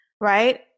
right